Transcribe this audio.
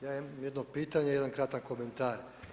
Ja imam jedno pitanje i jedan kratak komentar.